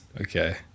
Okay